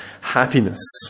happiness